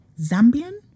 Zambian